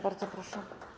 Bardzo proszę.